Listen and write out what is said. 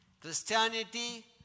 Christianity